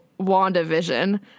WandaVision